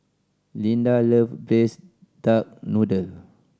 Lyda love braise duck noodle